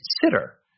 consider